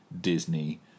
disney